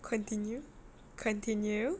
continue continue